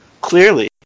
clearly